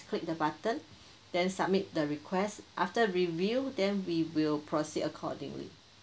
click the button then submit the request after review then we will proceed accordingly